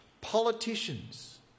Politicians